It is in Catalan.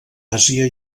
àsia